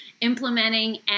implementing